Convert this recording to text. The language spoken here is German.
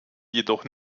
jedoch